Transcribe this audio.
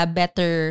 better